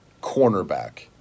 cornerback